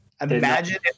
imagine